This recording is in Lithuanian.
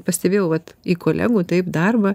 pastebėjau vat į kolegų taip darbą